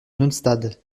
neustadt